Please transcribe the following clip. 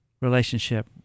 relationship